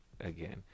again